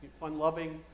fun-loving